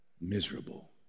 miserable